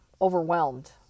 overwhelmed